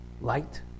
light